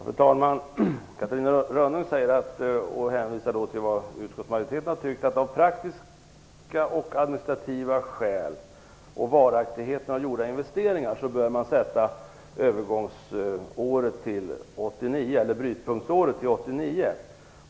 Fru talman! Catarina Rönnung hänvisar till utskottsmajoriteten och säger att av praktiska och administrativa skäl och med tanke på varaktigheten av gjorda investeringar bör man sätta brytpunktsåret till 1989.